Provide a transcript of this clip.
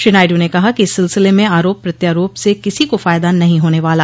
श्री नायडू ने कहा कि इस सिलसिले में आरोप प्रत्यारोप से किसी को फायदा नहीं होने वाला